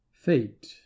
Fate